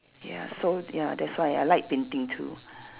ya so ya that's why I like painting too